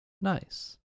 Nice